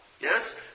Yes